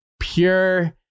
pure